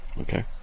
Okay